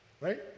right